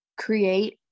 create